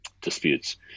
disputes